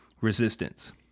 resistance